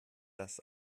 das